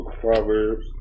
Proverbs